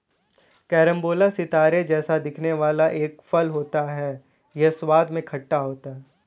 carambola सितारे जैसा दिखने वाला एक फल होता है यह स्वाद में खट्टा होता है